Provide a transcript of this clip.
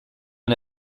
and